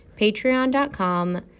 patreon.com